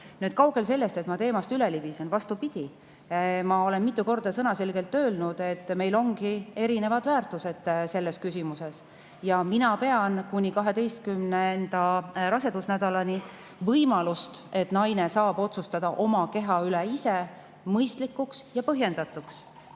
Kaugel sellest, et ma teemast üle libisen. Vastupidi, ma olen mitu korda sõnaselgelt öelnud, et meil ongi erinevad väärtused selles küsimuses. Mina pean võimalust, et kuni 12. rasedusnädalani naine saab ise otsustada oma keha üle, mõistlikuks ja põhjendatuks.